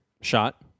shot